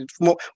More